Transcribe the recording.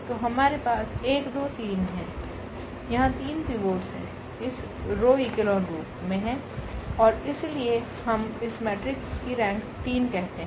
तो हमारे पास 1 2 3 है यहां 3 पिवोट्स हैं इस रो ईकोलोन रूप में है और इसलिए इस मेट्रिक्स की रेंक 3 है